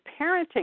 parenting